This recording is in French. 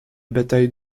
bataille